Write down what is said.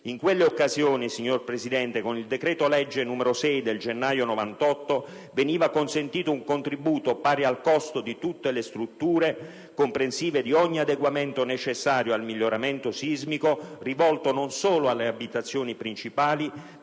In quelle occasioni, signor Presidente, con il decreto-legge n. 6 del gennaio 1998, veniva consentito un contributo pari al costo di tutte le strutture, comprensivo di ogni adeguamento necessario al miglioramento sismico, rivolto non solo alle abitazioni principali,